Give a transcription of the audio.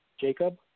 Jacob